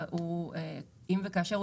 אם וכאשר,